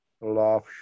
love